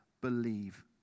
believe